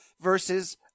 versus